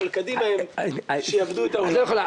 אבל קדימה הם שיעבדו את --- את לא יכולה.